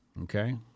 Okay